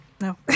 No